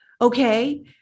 okay